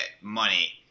money